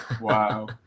Wow